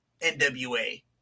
NWA